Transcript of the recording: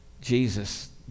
Jesus